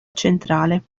centrale